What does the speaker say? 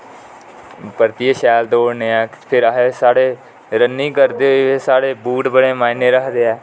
परतियै शैल दौड़ने हा फिर अस साढ़े रननिंग करदे साढ़े जेहडे़ बूट बडे़ मायने रखदे ऐ